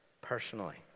personally